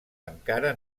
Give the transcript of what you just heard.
encara